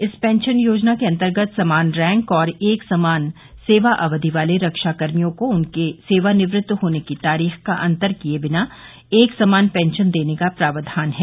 इस पेंशन योजना के अंतर्गत समान रैंक और एक समान सेवा अवधि वाले रक्षा कर्मियों को उनके सेवानिवृत्त होने की तारीख का अंतर किए बिना एक समान पेंशन देने का प्रावधान है